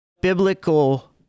biblical